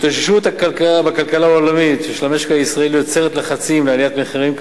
התאוששות בכלכלה העולמית ושל המשק הישראלי יוצרת לחצים לעליית מחירים,